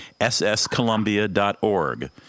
sscolumbia.org